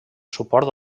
suport